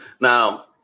Now